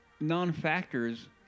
Non-factors